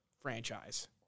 franchise